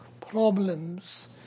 problems